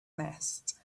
nest